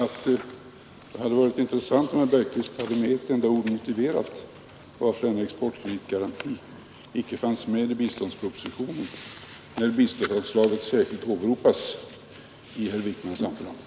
Det hade varit intressant om herr Bergqvist med ett enda ord hade motiverat varför denna exportkreditgaranti icke fanns med i biståndspropositionen när biståndsanslagen åberopas i herr Wickmans anförande.